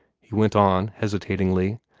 he went on hesitatingly,